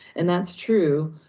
and that's true.